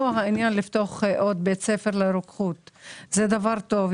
לפתוח עוד בית ספר לרוקחות זה דבר טוב,